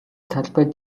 талбайд